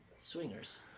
Swingers